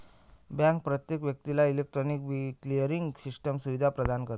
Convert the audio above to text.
bank प्रत्येक व्यक्तीला electronic clearing system सुविधा प्रदान करते